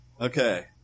Okay